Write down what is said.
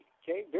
okay